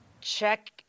check